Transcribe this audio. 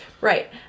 Right